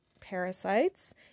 parasites